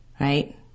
right